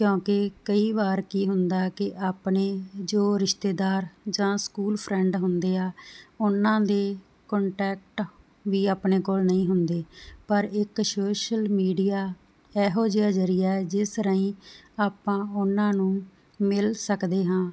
ਕਿਉਂਕਿ ਕਈ ਵਾਰ ਕੀ ਹੁੰਦਾ ਕਿ ਆਪਣੇ ਜੋ ਰਿਸ਼ਤੇਦਾਰ ਜਾਂ ਸਕੂਲ ਫਰੈਂਡ ਹੁੰਦੇ ਆ ਉਹਨਾਂ ਦੀ ਕੋਂਟੈਕਟ ਵੀ ਆਪਣੇ ਕੋਲ ਨਹੀਂ ਹੁੰਦੇ ਪਰ ਇੱਕ ਸੋਸ਼ਲ ਮੀਡੀਆ ਇਹੋ ਜਿਹਾ ਜਰੀਆ ਜਿਸ ਰਾਹੀਂ ਆਪਾਂ ਉਹਨਾਂ ਨੂੰ ਮਿਲ ਸਕਦੇ ਹਾਂ